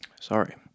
sorry